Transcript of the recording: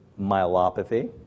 myelopathy